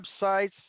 websites